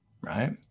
right